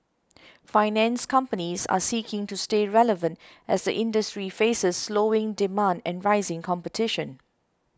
finance companies are seeking to stay relevant as the industry faces slowing demand and rising competition